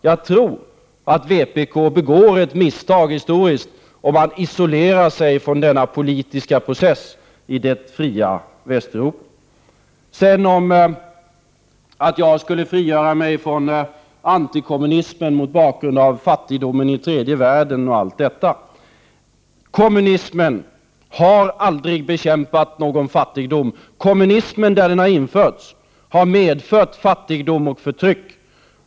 Jag tror att vpk begår ett misstag historiskt om man isolerar sig från denna politiska process i det fria Västeuropa. I fråga om att jag skulle frigöra mig från antikommunismen mot bakgrund av fattigdomen i tredje världen och allt detta, vill jag säga: Kommunismen har aldrig bekämpat någon fattigdom. Kommunismen har där den har införts medfört fattigdom och förtryck.